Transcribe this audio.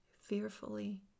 fearfully